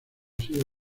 sido